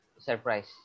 Surprise